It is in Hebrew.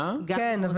כן,